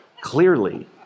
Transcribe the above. clearly